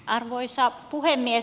arvoisa puhemies